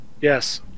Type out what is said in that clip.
yes